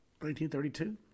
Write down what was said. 1932